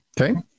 Okay